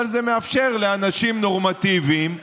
אבל זה מאפשר לאנשים נורמטיביים,